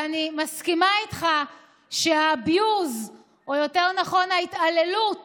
ואני מסכימה איתך שה-abuse, או יותר נכון ההתעללות